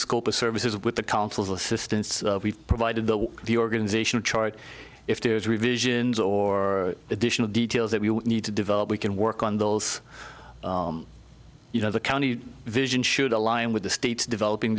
scope of services with the council's assistance we've provided the the organizational chart if there's revisions or additional details that we need to develop we can work on those you know the county vision should align with the states developing